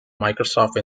microsoft